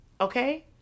okay